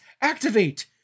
activate